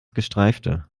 gestreifte